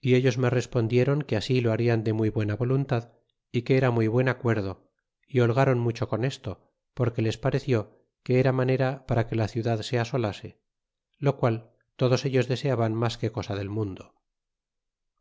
y ellos me respondieron que asilo harian de muy buena voluntad y que era muy buen acu erdo y holgaron mucho con esto porque les paresció que era manera para que la ciudad se asolase lo qual todos ellos deseaban mas que coa del mundo